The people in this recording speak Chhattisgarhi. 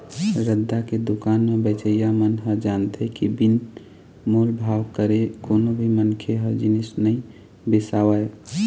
रद्दा के दुकान म बेचइया मन ह जानथे के बिन मोल भाव करे कोनो भी मनखे ह जिनिस नइ बिसावय